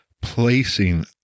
placing